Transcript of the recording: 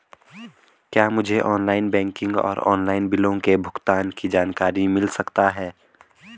क्या मुझे online banking और ऑनलाइन बिलों के भुगतान की जानकारी मिल सकता है?